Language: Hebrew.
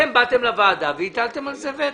אתם באתם לוועדה והטלתם על זה וטו.